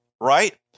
right